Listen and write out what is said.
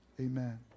amen